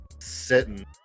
sitting